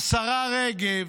השרה רגב,